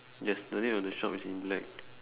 yes the name on the shop is in black